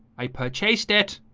i purchased it